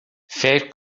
فکر